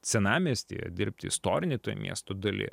senamiestyje dirbti istorinėj miesto daly